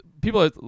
People